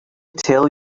tell